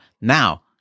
Now